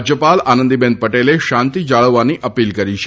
રાજ્યપાલ આનંદીબેન પટેલે શાંતિ જાળવવાની અપીલ કરી છે